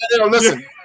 Listen